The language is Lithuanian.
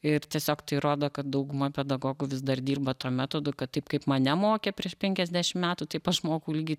ir tiesiog tai rodo kad dauguma pedagogų vis dar dirba tuo metodu kad taip kaip mane mokė prieš penkiasdešim metų taip aš mokau lygiai